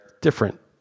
different